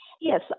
Yes